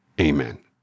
Amen